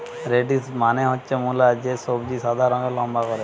radish মানে হচ্ছে মুলো, যে সবজি সাদা রঙের লম্বা করে